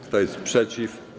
Kto jest przeciw?